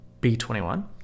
B-21